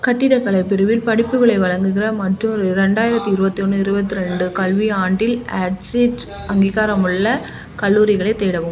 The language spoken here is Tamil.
கட்டிடக்கலை பிரிவில் படிப்புகளை வழங்குகிற மற்றும் ரெண்டாயிரத்தி இருபத்தி ஒன்று இருபத்ரெண்டு கல்வியாண்டில் அட்சிட் அங்கீகாரமுள்ள கல்லூரிகளைத் தேடவும்